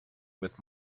with